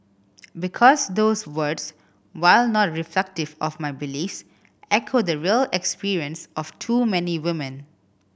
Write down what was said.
because those words while not reflective of my beliefs echo the real experience of too many women